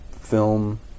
film